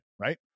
Right